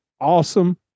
Awesome